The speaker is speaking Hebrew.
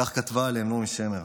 כך כתבה עליהם נעמי שמר,